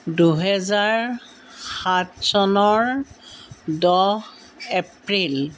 দুহেজাৰ সাত চনৰ দহ এপ্ৰিল